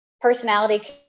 personality